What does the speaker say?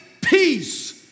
peace